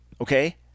okay